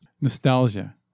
Nostalgia